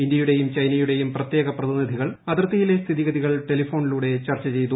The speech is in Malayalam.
ഇന്ത്യയുടെയും ചൈനയുടെയും പ്രത്യേക പ്രതിനിധികൾ അതിർത്തിയിലെ സ്ഥിതിഗതികൾ ടെലിഫോണിലൂടെ ചർച്ച ചെയ്തു